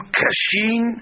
kashin